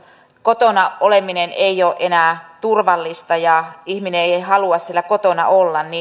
kotona oleminen ei ole enää turvallista ja ihminen ei ei halua siellä kotona olla